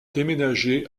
déménagé